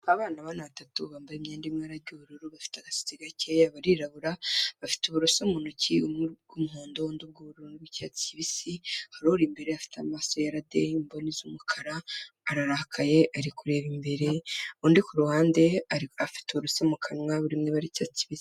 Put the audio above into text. Abana bana batatu bambaye imyenda imwe ry'ubururu bafite agatsi gakeya barirabura bafite uburoso mu ntoki umwe ubw'umuhondo undi ubw'ubururu n'icyatsi kibisi, hari uri imbere afite amaso yara de, imboni z'umukara, ararakaye, ari kureba imbere, undi ku ruhande afite uburoso mu kanwa burimo ibara ry'icyatsi kibisi.